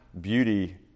beauty